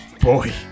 boy